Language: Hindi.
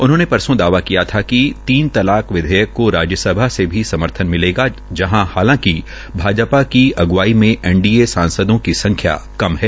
उन्होंने परसो दावा किया था कि तीन तलाक विधेयक को राज्य सभा में भी समर्थन मिलेगा जहां हालांकिल भाजपा की अुग्रवाई में एनडीए सांसदो की संख्या कम है